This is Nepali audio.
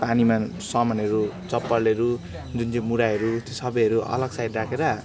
पानीमा सामानहरू चप्पलहरू जुन चाहिँ मुरैहरू त्यो सबैहरू अलग साइड राखेर